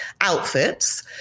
outfits